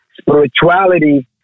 spirituality